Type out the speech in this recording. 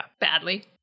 Badly